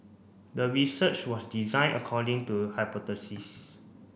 the research was design according to hypothesis